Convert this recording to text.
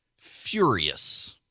furious